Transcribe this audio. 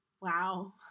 wow